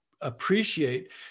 appreciate